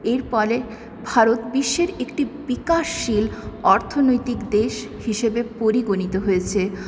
এরপরে ভারত বিশ্বের একটি বিকাশশীল অর্থনৈতিক দেশ হিসেবে পরিগণিত হয়েছে